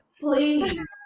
please